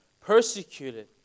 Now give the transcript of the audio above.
Persecuted